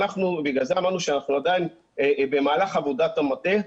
בגלל זה אמרנו שאנחנו עדיין במהלך עבודת המטה.